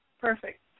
perfect